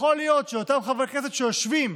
יכול להיות שאותם חברי כנסת שיושבים